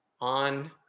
on